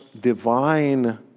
divine